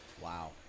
Wow